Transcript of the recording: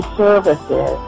services